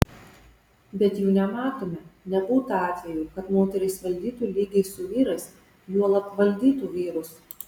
bet jų nematome nebūta atvejų kad moterys valdytų lygiai su vyrais juolab valdytų vyrus